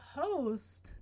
host